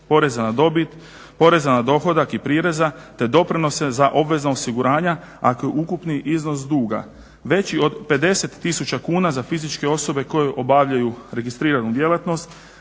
poreza na dobit, poreza na dohodak i prireza te doprinose za obvezna osiguranja, a ukupni iznos duga veći od 50 tisuća kuna za fizičke osobe koje obavljaju registriranu djelatnost,